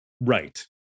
right